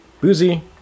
boozy